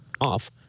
off